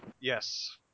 Yes